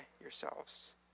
yourselves